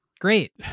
Great